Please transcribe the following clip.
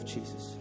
Jesus